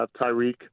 Tyreek